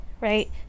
right